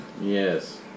Yes